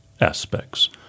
aspects